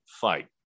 fight